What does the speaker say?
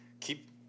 keep